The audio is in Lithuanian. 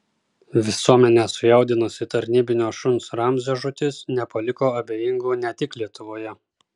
visuomenę sujaudinusi tarnybinio šuns ramzio žūtis nepaliko abejingų ne tik lietuvoje